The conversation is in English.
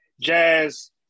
Jazz